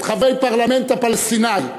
חברי הפרלמנט הפלסטיני,